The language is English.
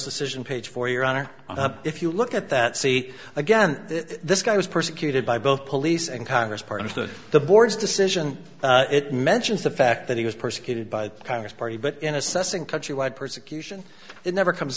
decision page for your honor if you look at that see again this guy was persecuted by both police and congress part of the board's decision it mentions the fact that he was persecuted by the congress party but in assessing countrywide persecution it never comes